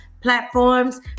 platforms